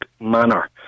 manner